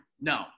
No